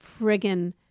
friggin